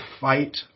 fight